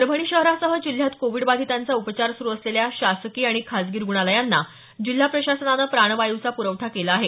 परभणी शहरासह जिल्ह्यात कोविड बाधितांचा उपचार सुरु असलेल्या शासकीय आणि खाजगी रुग्णालयांना जिल्हा प्रशासनानं प्राणवायूचा पुरवठा केला आहे